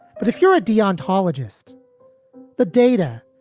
but if you're a deontae allergist, the data,